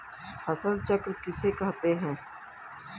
फसल चक्र किसे कहते हैं?